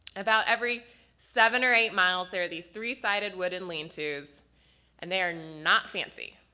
about every seven or eight miles there are these three sided wooden lean-tos and they're not fancy!